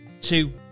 two